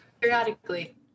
periodically